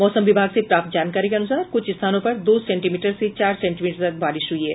मौसम विभाग से प्राप्त जानकारी के अनुसार कुछ स्थानों पर दो सेंटीमीटर से चार सेंटीमीटर तक बारिश हुई है